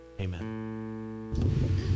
amen